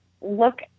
look